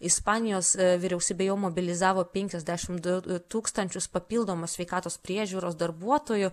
ispanijos vyriausybė jau mobilizavo penkiasdešimt du tūkstančius papildomų sveikatos priežiūros darbuotojų